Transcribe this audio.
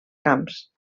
camps